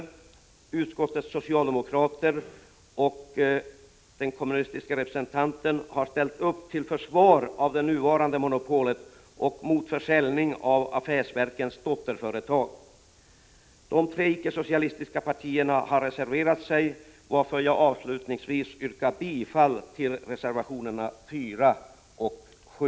Utskot 4 december 1985 tets socialdemokrater och den kommunistiska representanten har ställt upp. == Ara dag till försvar av det nuvarande monopolet och mot försäljning av affärsverkens dotterföretag. De tre icke-socialistiska partierna har reserverat sig, varför jag avslutningsvis yrkar bifall till reservationerna 4 och 7.